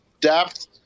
depth